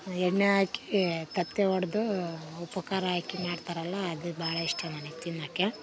ಎಣ್ಣೆ ಹಾಕಿ ತತ್ತಿ ಒಡೆದು ಉಪ್ಪು ಖಾರ ಹಾಕಿ ಮಾಡ್ತರಲ ಅದು ಭಾಳ ಇಷ್ಟ ನಮಗ್ ತಿನ್ನೋಕೆ